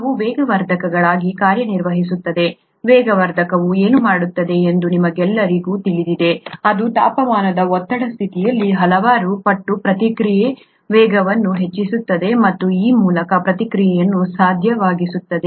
ಅವು ವೇಗವರ್ಧಕಗಳಾಗಿ ಕಾರ್ಯನಿರ್ವಹಿಸುತ್ತವೆ ವೇಗವರ್ಧಕವು ಏನು ಮಾಡುತ್ತದೆ ಎಂದು ನಿಮಗೆಲ್ಲರಿಗೂ ತಿಳಿದಿದೆ ಅದು ತಾಪಮಾನದ ಒತ್ತಡದ ಸ್ಥಿತಿಯಲ್ಲಿ ಹಲವಾರು ಪಟ್ಟು ಪ್ರತಿಕ್ರಿಯೆಯ ವೇಗವನ್ನು ಹೆಚ್ಚಿಸುತ್ತದೆ ಮತ್ತು ಆ ಮೂಲಕ ಪ್ರತಿಕ್ರಿಯೆಯನ್ನು ಸಾಧ್ಯವಾಗಿಸುತ್ತದೆ